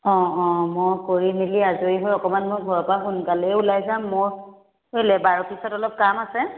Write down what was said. অঁ অঁ মই কৰি মেলি আজৰি হৈ অকণমান মই ঘৰৰ পৰা সোনকালে ওলাই যাম মোৰ লেবাৰ অফিচত অলপ কাম আছে